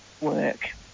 work